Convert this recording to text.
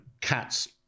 Cats